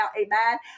amen